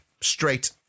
straight